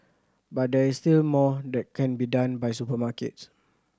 but there is still more that can be done by supermarkets